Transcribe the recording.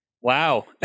wow